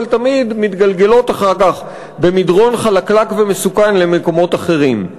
אבל תמיד מתגלגלות אחר כך במדרון חלקלק ומסוכן למקומות אחרים.